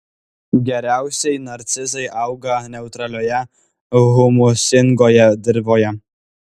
geriausiai narcizai auga neutralioje humusingoje dirvoje